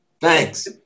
Thanks